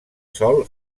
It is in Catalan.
sol